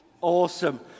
Awesome